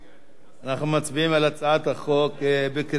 אנחנו מצביעים על הצעת החוק בקריאה שנייה,